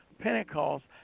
Pentecost